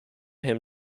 him